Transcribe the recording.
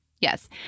Yes